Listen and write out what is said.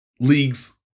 league's